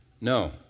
No